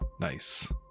Nice